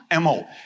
MO